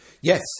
Yes